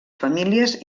famílies